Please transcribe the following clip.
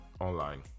online